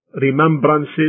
remembrances